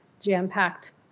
jam-packed